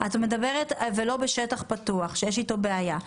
את מדברת: ולא בשטח פתוח, יש אתו בעיה.